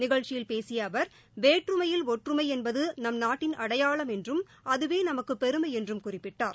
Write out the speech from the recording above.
நிகழ்ச்சியில் பேசிய அவர் வேற்றுமையில் ஒற்றுமை என்பது நம்நாட்டின் அடையாளம் என்றும் அதுவே நமக்கு பெருமை என்றும் குறிப்பிட்டார்